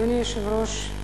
אדוני היושב-ראש,